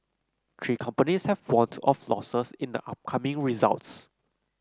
three companies have warned of losses in the upcoming results